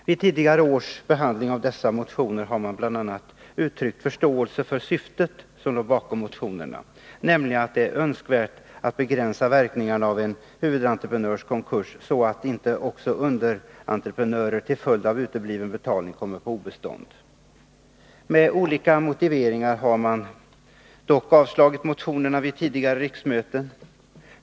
Vid tidigare års behandling av dessa motioner har man bl.a. uttryckt förståelse för syftet som låg bakom motionerna, nämligen att det är önskvärt att begränsa verkningarna av en entreprenörs konkurs, så att inte också underentreprenörer, till följd av utebliven betalning, kommer på obestånd. Med olika motiveringar har man dock vid tidigare riksmöten avstyrkt motionerna.